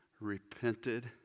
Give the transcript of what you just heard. repented